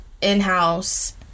in-house